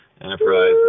Enterprise